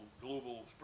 global